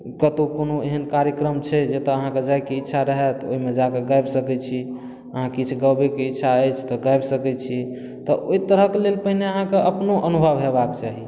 कतहुँ कोनो एहन कार्यक्रम छै जतऽ अहाँ कऽ जाइके इच्छा रहै तऽ ओहिमे जा कऽ गाबि सकैत छी अहाँ किछु गबै कऽ इच्छा अछि तऽ गाबि सकैत छी तऽ ओहि तरहक लेल पहिने अहाँ कऽ अपनो अनुभव होयबाक चाही